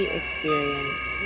experience